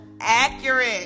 accurate